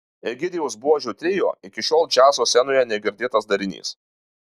egidijaus buožio trio iki šiol džiazo scenoje negirdėtas darinys